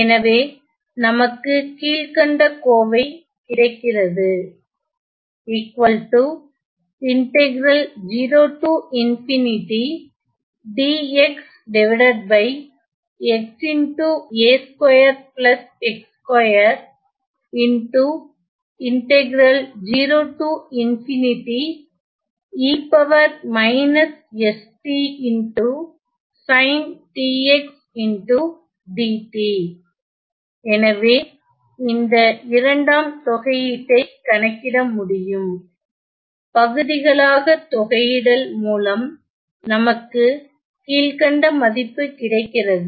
எனவே நமக்கு கீழ்கண்ட கோவை கிடைகிறது எனவே இந்த இரண்டாம் தொகையீட்டை கணக்கிட முடியும் பகுதிகளாகத்தொகையிடல் மூலம் நமக்கு கீழ்கண்ட மதிப்பு கிடைக்கிறது